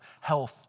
health